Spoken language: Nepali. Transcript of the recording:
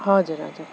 हजुर हजुर